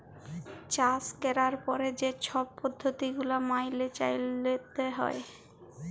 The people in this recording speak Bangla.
চাষ ক্যরার পরে যে ছব পদ্ধতি গুলা ম্যাইলে চ্যইলতে হ্যয়